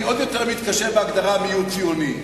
אני עוד יותר מתקשה בהגדרה מיהו ציוני.